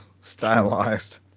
stylized